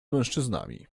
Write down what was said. mężczyznami